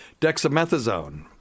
dexamethasone